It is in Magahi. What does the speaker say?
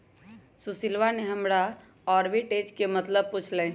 सुशीलवा ने हमरा आर्बिट्रेज के मतलब पूछ लय